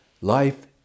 Life